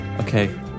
Okay